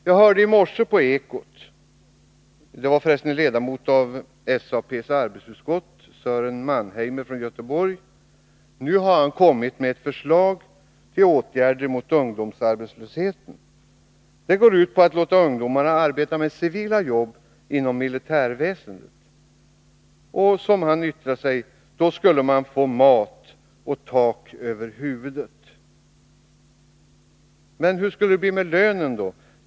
Jag hörde i Morgonekot en ledamot av SAP:s arbetsutskott, Sören Mannheimer från Göteborg, förklara att han nu kommit med ett förslag till åtgärder mot ungdomsarbetslöshet. Det går ut på att låta ungdomarna arbeta med civila jobb inom militärväsendet. Då skulle man, som han yttrar sig, få mat och tak över huvudet. Men hur skulle det bli med lönen?